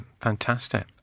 Fantastic